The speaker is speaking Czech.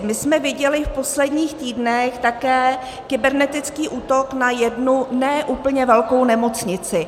My jsme viděli v posledních týdnech také kybernetický útok na jednu ne úplně velkou nemocnici.